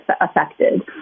affected